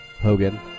Hogan